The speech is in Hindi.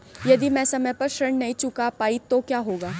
यदि मैं समय पर ऋण नहीं चुका पाई तो क्या होगा?